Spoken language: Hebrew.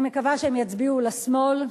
אני מקווה שהם יצביעו לשמאל,